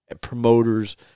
promoters